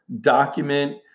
document